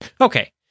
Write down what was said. Okay